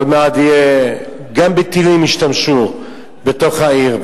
עוד מעט גם בטילים ישתמשו בתוך העיר.